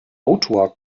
autor